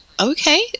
okay